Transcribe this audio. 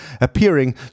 appearing